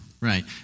Right